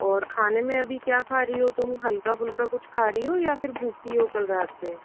और खाने में अभी क्या खा रही हो तुम हल्का फुल्का कुछ खा रही हो या फिर भूखी हो कल रात से